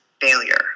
failure